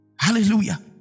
hallelujah